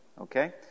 Okay